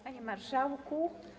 Panie Marszałku!